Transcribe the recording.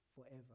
forever